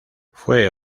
fue